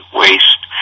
waste